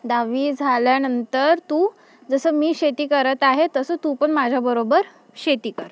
दहावी झाल्यानंतर तू जसं मी शेती करत आहे तसं तू पण माझ्याबरोबर शेती कर